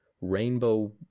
Rainbow